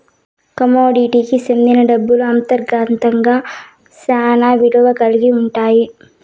కమోడిటీకి సెందిన డబ్బులు అంతర్గతంగా శ్యానా విలువ కల్గి ఉంటాయి